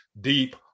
deep